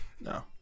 No